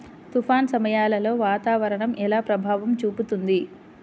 తుఫాను సమయాలలో వాతావరణం ఎలా ప్రభావం చూపుతుంది?